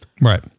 Right